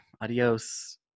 Adios